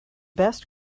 best